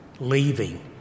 leaving